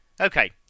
Okay